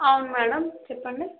అవును మ్యాడమ్ చెప్పండి